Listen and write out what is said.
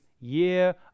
year